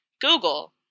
Google